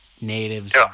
natives